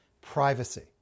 privacy